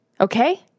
Okay